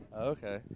okay